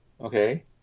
okay